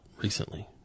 recently